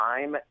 time